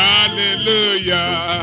Hallelujah